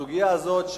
הסוגיה הזאת,